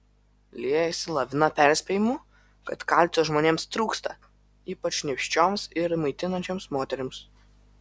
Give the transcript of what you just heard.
liejasi lavina perspėjimų kad kalcio žmonėms trūksta ypač nėščioms ir maitinančioms moterims